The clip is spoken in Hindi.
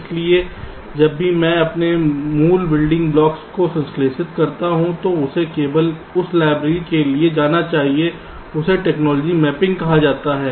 इसलिए जब मैं अपने मूल बिल्डिंग ब्लॉक्स को संश्लेषित करता हूं तो उसे केवल उस लाइब्रेरी से लिया जाना चाहिए इसे टेक्नोलॉजी मैपिंग कहा जाता है